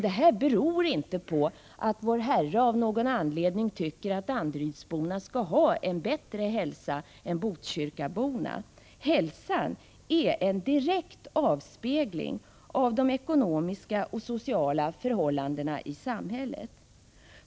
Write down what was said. Detta beror inte på att vår Herre av någon anledning tycker att danderydsborna skall ha en bättre hälsa än botkyrkaborna. Hälsan är en direkt avspegling av de ekonomiska och sociala förhållandena i samhället.